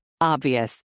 Obvious